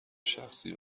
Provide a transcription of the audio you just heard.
شخصی